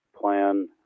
plan